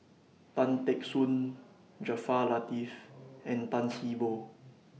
Tan Teck Soon Jaafar Latiff and Tan See Boo